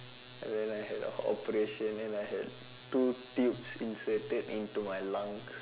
and then I had a operation and I had two tubes inserted into my lungs